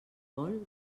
vol